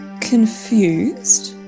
confused